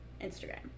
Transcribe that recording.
instagram